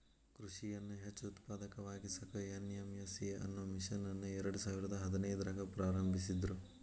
ಕೃಷಿಯನ್ನ ಹೆಚ್ಚ ಉತ್ಪಾದಕವಾಗಿಸಾಕ ಎನ್.ಎಂ.ಎಸ್.ಎ ಅನ್ನೋ ಮಿಷನ್ ಅನ್ನ ಎರ್ಡಸಾವಿರದ ಹದಿನೈದ್ರಾಗ ಪ್ರಾರಂಭಿಸಿದ್ರು